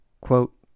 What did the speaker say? Quote